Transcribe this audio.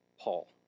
Paul